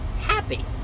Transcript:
happy